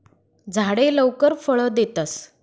झाडे लवकर फळ देतस